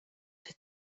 with